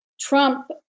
Trump